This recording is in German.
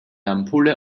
ampulle